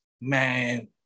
man